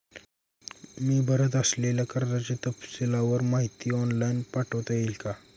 मी भरत असलेल्या कर्जाची तपशीलवार माहिती ऑनलाइन पाठवता येईल का?